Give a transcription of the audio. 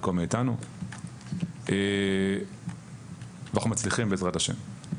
חלקו מאיתנו; ואנחנו מצליחים בעזרת השם,